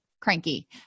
cranky